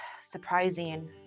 surprising